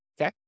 Okay